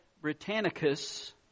Britannicus